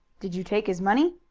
did you take his money?